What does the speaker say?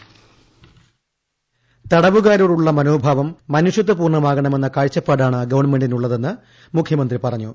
voice തടവുകാരോടുള്ള മനോഭാവം മനുഷ്യത്വ പൂർണമാകണമെന്ന കാഴ്ചപ്പാടാണ് ഗവൺമെന്റിനുള്ളതെന്ന് മുഖ്യമന്ത്രി പറഞ്ഞു